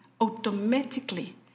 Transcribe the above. automatically